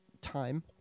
time